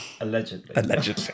Allegedly